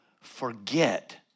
Forget